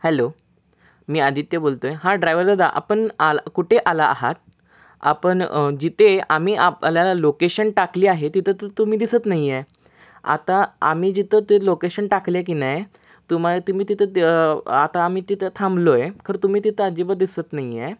hello मी आदित्य बोलतो आहे हा ड्रायवर दादा आपण आलं कुठे आला आहात आपण जिथे आम्ही आपल्याला लोकेशन टाकली आहे तिथं तर तुम्ही दिसत नाही आहे आता आम्ही जिथं ते लोकेशन टाकले की नाही तुम्हाला तुम्ही तिथं त्या आता आम्ही तिथं थांबलो आहे खरं तुम्ही तिथं अजिबात दिसत नाही आहे